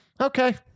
okay